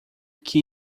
que